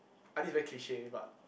I think is very cliche but